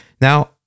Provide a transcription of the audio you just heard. now